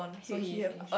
so he finished